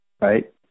right